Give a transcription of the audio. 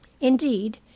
Indeed